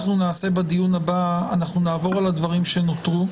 בדיון הבא אנחנו נעבור על הדברים שנותרו.